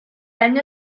año